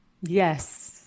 Yes